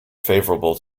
favorable